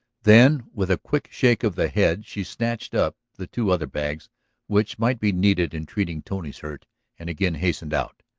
then with a quick shake of the head she snatched up the two other bags which might be needed in treating tony's hurt and again hastened out.